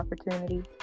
opportunity